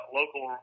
local